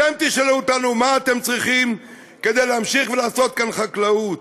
אתם תשאלו אותנו: מה אתם צריכים כדי להמשיך לעשות כאן חקלאות?